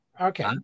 okay